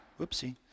whoopsie